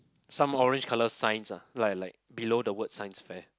some orange colour signs ah like like below the word Science fair